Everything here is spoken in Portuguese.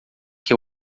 que